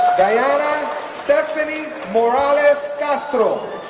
diana stephanie morales-castro,